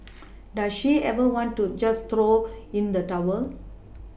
does she ever want to just throw in the towel